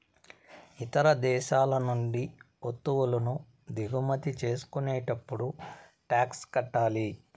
ఇతర దేశాల నుండి వత్తువులను దిగుమతి చేసుకునేటప్పుడు టాక్స్ కట్టాలి